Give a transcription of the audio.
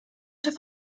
have